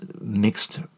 mixed